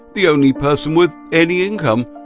the only person with any income,